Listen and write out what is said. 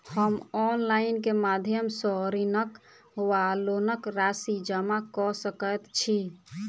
हम ऑनलाइन केँ माध्यम सँ ऋणक वा लोनक राशि जमा कऽ सकैत छी?